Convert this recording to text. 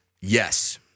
Yes